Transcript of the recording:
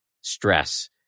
stress